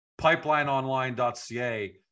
pipelineonline.ca